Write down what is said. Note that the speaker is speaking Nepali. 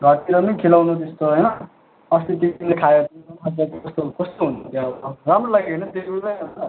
घरतिर पनि खिलाउनु त्यस्तो होइन अस्ति तिमीले खायो कस्तो कस्तो हुन्छ त्यो अब राम्रो लाग्यो होइन तिमीलाई अन्त